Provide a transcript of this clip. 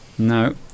No